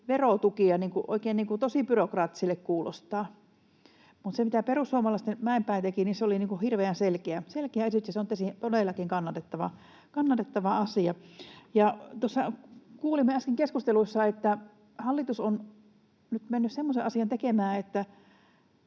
verotukea, eli tosi byrokraattiselle kuulostaa, mutta se, mitä perussuomalaisten Mäenpää teki, oli hirveän selkeä esitys ja, sanoisin, todellakin kannatettava asia. Kun tuossa kuulimme äsken keskusteluissa, että hallitus on nyt mennyt semmoisen asian tekemään, että